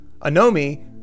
Anomi